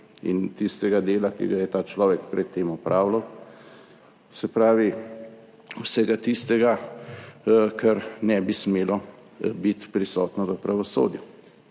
in tistega dela, ki ga je ta človek pred tem opravljal, se pravi vsega tistega, kar ne bi smelo biti prisotno v pravosodju.